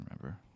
remember